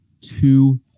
two